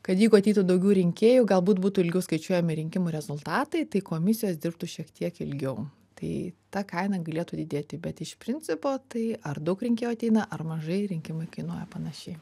kad jeigu ateitų daugiau rinkėjų galbūt būtų ilgiau skaičiuojami rinkimų rezultatai tai komisijos dirbtų šiek tiek ilgiau tai ta kaina galėtų didėti bet iš principo tai ar daug rinkėjų ateina ar mažai rinkimai kainuoja panašiai